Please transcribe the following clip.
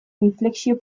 inflexio